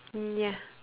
ya